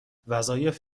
وظایف